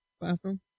bathroom